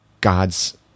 God's